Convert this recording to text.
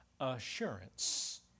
Assurance